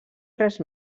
res